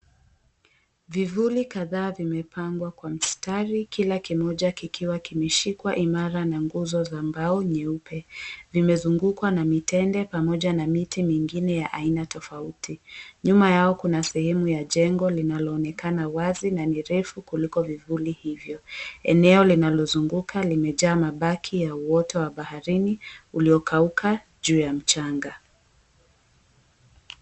Vivuli kadhaa vimepambwa kwa mstari kila kimoja kikiwa kimeshikwa imara na nguzo za mbao nyeupe. Vimezungukwa na mitende pamoja na miti mingine ya aina tofauti. Nyuma yao kuna sehemu ya jengo linaloonekana wazi na ni refu kuliko vivuli hivyo. Eneo linalozunguka limejaa mabaki ya uoto wa baharini uliokauka juu ya mchanga.